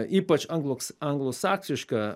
ypač angloks anglosaksiška